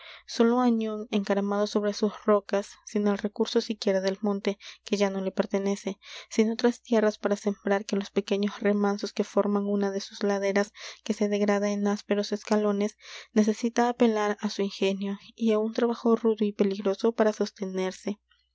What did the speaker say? sólo añón encaramado sobre sus rocas sin el recurso siquiera del monte que ya no le pertenece sin otras tierras para sembrar que los pequeños remansos que forma una de sus laderas que se degrada en ásperos escalones necesita apelar á su ingenio y á un trabajo rudo y peligroso para sostenerse